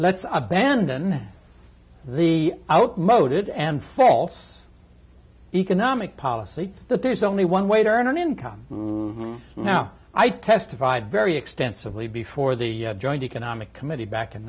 let's abandon the outmoded and false economic policy that there's only one way to earn an income now i testified very extensively before the joint economic committee back in